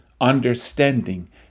understanding